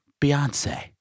Beyonce